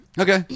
Okay